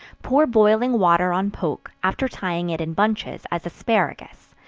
pour boiling water on poke, after tying it in bunches, as asparagus,